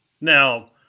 Now